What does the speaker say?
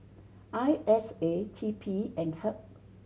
I S A T P and HEB